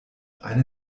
eine